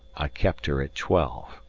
i kept her at twelve.